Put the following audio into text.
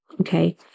okay